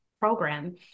program